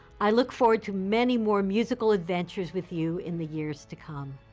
i look forward to many more musical adventures with you in the years to come.